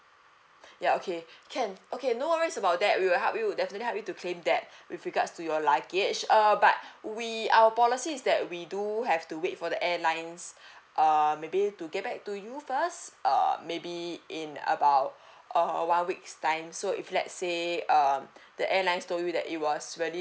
ya okay can okay no worries about that we will help you definitely help you to claim that with regards to your luggage err but we our policy is that we do have to wait for the airlines err maybe to get back to you first err maybe in about err one week's time so if let's say um the airlines told you that it was really